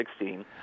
2016